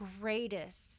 greatest